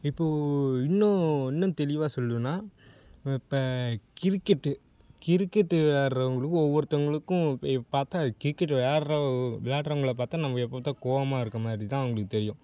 இப்போது இன்னும் இன்னும் தெளிவாக சொல்லணுன்னா இப்போ கிரிக்கெட் கிரிக்கெட் ஆடுறவங்களுக்கு ஒவ்வொருத்தவங்களுக்கும் இப் இப்போ பார்த்தா கிரிக்கெட் விளாட்றவ் விளாட்றவங்கள பார்த்தா நமக்கு எப்போப்பார்த்தா கோவமாக இருக்க மாதிரித்தான் அவங்களுக்கு தெரியும்